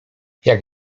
jak